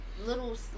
little